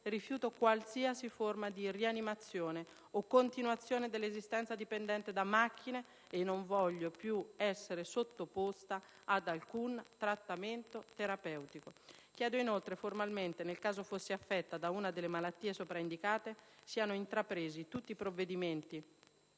rifiuto qualsiasi forma di rianimazione o continuazione dell'esistenza dipendente da macchine e non voglio più essere sottoposta ad alcun trattamento terapeutico. Chiedo inoltre, formalmente, nel caso fossi affetta da una delle malattie sopraindicate, che siano intrapresi tutti i provvedimenti